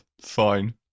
fine